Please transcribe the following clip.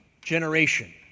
generation